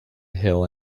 hill